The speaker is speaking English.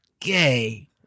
gay